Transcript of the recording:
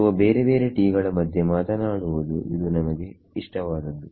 ಸೋಬೇರೆ ಬೇರೆ T ಗಳ ಮಧ್ಯೆ ಮಾತನಾಡುವುದು ಇದು ನಮಗೆ ಇಷ್ಟವಾದದ್ದು